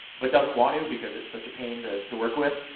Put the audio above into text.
but doesn't want to, because it's such a pain to to work with.